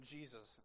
Jesus